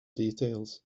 details